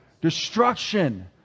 Destruction